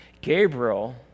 Gabriel